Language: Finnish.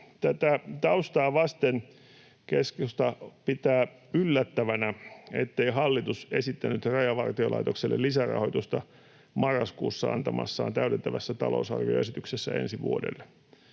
Tätä taustaa vasten keskusta pitää yllättävänä, ettei hallitus esittänyt Rajavartiolaitokselle lisärahoitusta marraskuussa antamassaan täydentävässä talousarvioesityksessä ensi vuodelle.